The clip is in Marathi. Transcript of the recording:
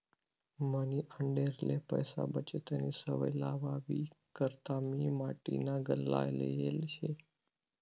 मनी आंडेरले पैसा बचतनी सवय लावावी करता मी माटीना गल्ला लेयेल शे